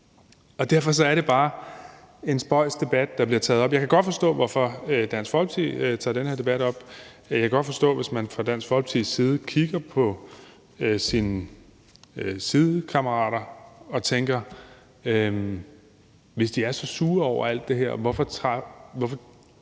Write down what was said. Derfor er det bare en spøjs debat, der bliver taget op. Jeg kan godt forstå, hvorfor Dansk Folkeparti tager den her debat op, og jeg kan godt forstå, hvis man fra Dansk Folkepartis side kigger på sine sidekammerater og tænker, at hvis de er så sure over alt det her, hvorfor